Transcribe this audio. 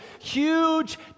huge